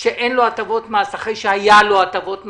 שאין לו הטבות מס, אחרי שהיו לו הטבות מס,